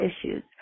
issues